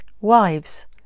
Wives